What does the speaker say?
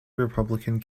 republican